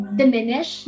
diminish